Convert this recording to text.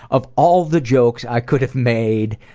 of all the jokes i could have made.